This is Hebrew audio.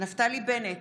נפתלי בנט,